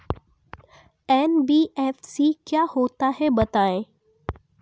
NBFC क्या होता है बताएँ?